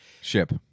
Ship